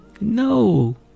no